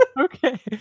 Okay